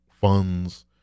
funds